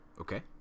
okay